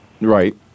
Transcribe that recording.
Right